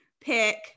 pick